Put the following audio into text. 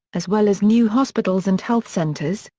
as well as new hospitals and health centers,